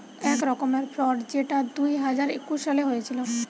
এক রকমের ফ্রড যেটা দুই হাজার একুশ সালে হয়েছিল